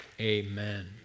amen